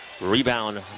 Rebound